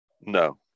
no